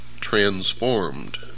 transformed